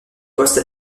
poste